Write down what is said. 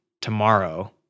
tomorrow